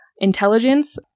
intelligence